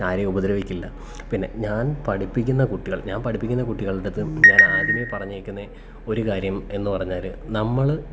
ആരെയും ഉപദ്രവിക്കില്ല പിന്നെ ഞാൻ പഠിപ്പിക്കുന്ന കുട്ടികൾ ഞാൻ പഠിപ്പിക്കുന്ന കുട്ടികളുടടുത്ത് ഞാനാദ്യമേ പറഞ്ഞേക്കുന്നത് ഒരു കാര്യം എന്നു പറഞ്ഞാൽ നമ്മൾ